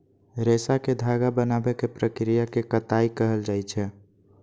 रेशा कें धागा बनाबै के प्रक्रिया कें कताइ कहल जाइ छै